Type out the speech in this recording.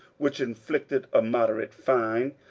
which inflicted a moderate fine,